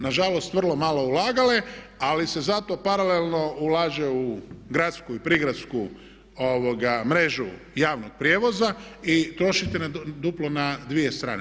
Nažalost vrlo malo ulagale, ali se zato paralelno ulaže u gradsku i prigradsku mrežu javnog prijevoza i trošiti duplo na dvije strane.